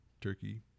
turkey